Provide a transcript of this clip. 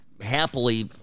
happily